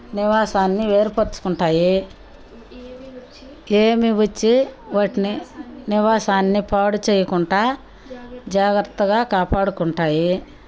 నివాసాన్ని ఏర్పచుకుంటాయి ఏమి వచ్చి వాటి నివాసాన్ని పాడు చేయకుండా జాగ్రత్తగా కాపాడుకుంటాయి